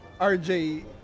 RJ